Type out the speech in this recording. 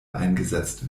eingesetzt